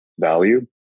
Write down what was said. value